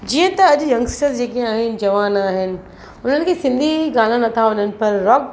जीअं त अॼु यंगस्टर जेके आहिनि जवान आहिनि उन्हनि खे सिंधी गाना नथा वणनि पर रॉक